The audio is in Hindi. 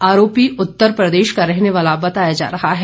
आरोपी उत्तर प्रदेश का रहने वाला बताया जा रहा है